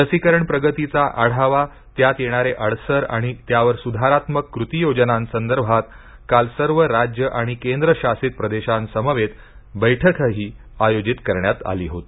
लसीकरण प्रगतीचा आढावा त्यात येणारे अडसर आणि त्यावर सुधारात्मक कृती योजनांसंदर्भात काल सर्व राज्य आणि केंद्र शासित प्रदेशांसमवेत बैठकही आयोजित करण्यात आली होती